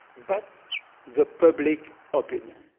but the public opinion.